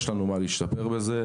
יש לנו מה להשתפר בזה,